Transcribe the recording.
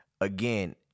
again